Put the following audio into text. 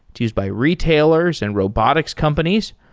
it's used by retailers and robotics companies.